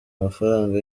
amafaranga